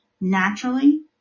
naturally